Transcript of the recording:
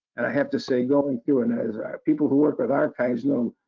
and i have to say, going through, and as people who works with archives know,